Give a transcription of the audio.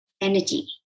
energy